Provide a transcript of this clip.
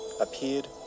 appeared